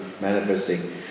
manifesting